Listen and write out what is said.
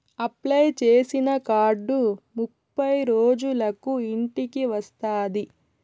apply చేసిన card ముప్పై రోజులకు ఇంటికి వస్తాది